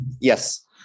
Yes